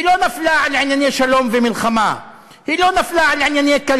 היא לא נפלה על ענייני שלום ומלחמה,